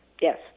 Yes